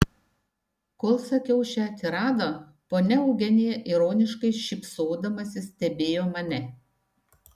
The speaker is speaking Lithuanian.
kol sakiau šią tiradą ponia eugenija ironiškai šypsodamasi stebėjo mane